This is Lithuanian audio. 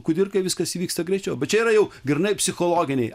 kudirkai viskas vyksta greičiau bet čia yra jau grynai psichologiniai